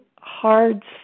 hard